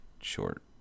short